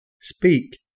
Speak